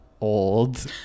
old